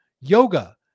yoga